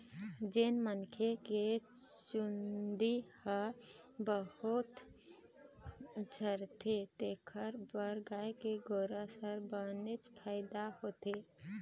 जेन मनखे के चूंदी ह बहुत झरथे तेखर बर गाय के गोरस ह बनेच फायदा होथे